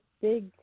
big